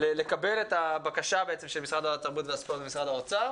קבלת הבקשה של משרד התרבות והספורט ומשרד האוצר